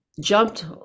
jumped